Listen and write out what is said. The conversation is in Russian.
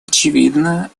очевидно